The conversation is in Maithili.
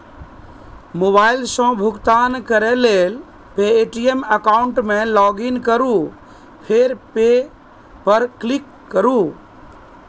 मोबाइल सं भुगतान करै लेल पे.टी.एम एकाउंट मे लॉगइन करू फेर पे पर क्लिक करू